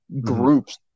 groups